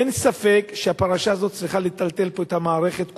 אין ספק שהפרשה הזאת צריכה לטלטל פה את המערכת כולה,